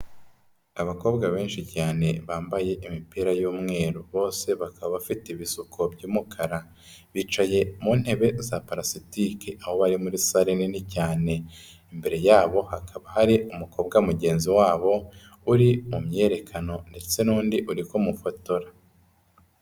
Abakobwa benshi cyane bambaye imipira y'umweru. Bose bakaba bafite ibisuko by'umukara. Bicaye mu ntebe za palasitike. Aho bari muri sale nini cyane. Imbere yabo hakaba hari umukobwa mugenzi wabo uri mu myerekano ndetse n'undi uri kumufotora.